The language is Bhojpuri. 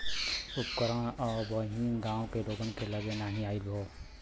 उपकरण अबहिन गांव के लोग के लगे नाहि आईल हौ